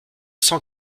cent